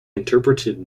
interpreted